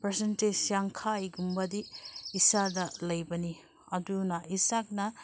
percentage ꯌꯥꯡꯈꯩꯒꯨꯝꯕꯗꯤ ꯏꯁꯥꯗ ꯂꯩꯕꯅꯤ ꯑꯗꯨꯅ ꯏꯁꯛꯅ